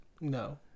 No